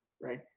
right